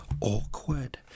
awkward